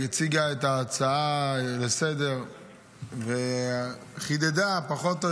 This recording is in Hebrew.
הציגה את ההצעה לסדר-היום וחידדה פחות או